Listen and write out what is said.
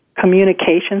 communication